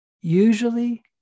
Usually